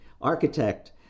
architect